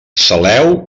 saleu